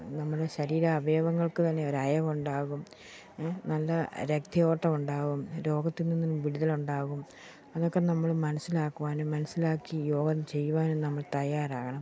നമ്മുടെ ശരീര അവയവങ്ങൾക്ക് തന്നെ ഒരയവുണ്ടാകും നല്ല രക്തയോട്ടമുണ്ടാകും രോഗത്തിൽ നിന്നും വിടുതലുണ്ടാകും അതൊക്കെ നമ്മൾ മനസ്സിലാക്കുവാനും മനസ്സിലാക്കി യോഗ ചെയ്യുവാനും നമ്മൾ തയ്യാറാവണം